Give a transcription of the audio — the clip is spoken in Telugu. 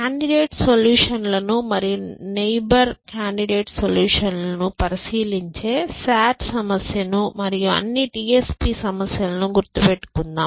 కాండిడేట్ సొల్యూషన్ లను మరియు నైబర్ కాండిడేట్ సొల్యూషన్ లను పరిశీలించే SAT సమస్యను మరియు అన్ని TSP సమస్యల ను గుర్తుపెట్టుకుందాం